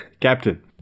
captain